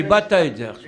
איבדת את זה עכשיו.